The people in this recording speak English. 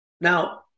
Now